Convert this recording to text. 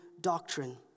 doctrine